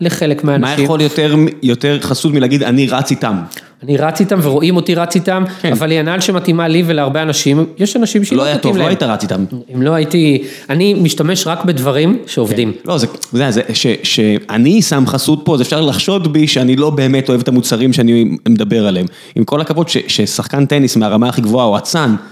לחלק מהאנשים. מה יכול יותר חסות מלהגיד אני רץ איתם. אני רץ איתם ורואים אותי רץ איתם, אבל היא הנעל שמתאימה לי ולהרבה אנשים, יש אנשים שהיא לא תתאים להם. לא היה טוב, לא היית רץ איתם. אם לא הייתי, אני משתמש רק בדברים שעובדים. לא, שאני שם חסות פה, אז אפשר לחשוד בי שאני לא באמת אוהב את המוצרים שאני מדבר עליהם. עם כל הכבוד, ששחקן טניס מהרמה הכי גבוהה או אצן